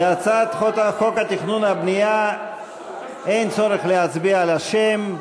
בהצעת חוק התכנון והבנייה אין צורך להצביע על השם.